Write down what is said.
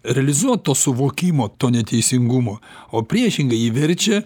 realizuot to suvokimo to neteisingumo o priešingai jį verčia